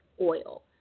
oil